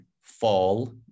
fall